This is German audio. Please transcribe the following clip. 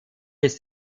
ist